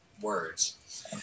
words